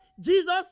Jesus